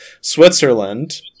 Switzerland